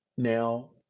Now